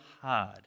hard